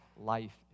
life